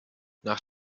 nach